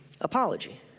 apology